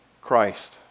Christ